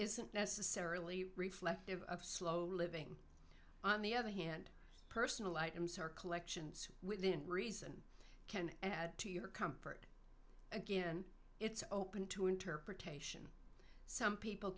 isn't necessarily reflective of slow living on the other hand personal items are collections within reason can add to your comfort again it's open to interpretation some people